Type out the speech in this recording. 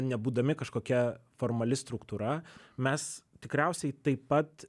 nebūdami kažkokia formali struktūra mes tikriausiai taip pat